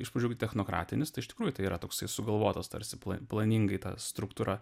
iš pradžių technokratinis tai iš tikrųjų tai yra toksai sugalvotas tarsi planingai ta struktūra